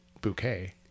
bouquet